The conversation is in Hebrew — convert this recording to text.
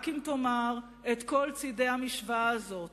רק אם תאמר את כל צדי המשוואה הזאת